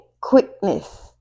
quickness